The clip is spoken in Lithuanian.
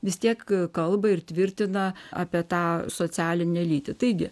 vis tiek kalba ir tvirtina apie tą socialinę lytį taigi